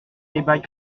débats